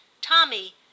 Tommy